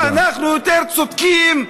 כי אנחנו יותר צודקים,